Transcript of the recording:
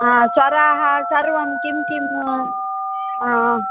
स्वराः सर्वं किम् किम्